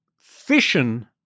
fission